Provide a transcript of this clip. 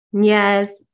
Yes